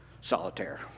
solitaire